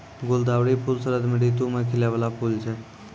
गुलदावरी फूल शरद ऋतु मे खिलै बाला फूल छै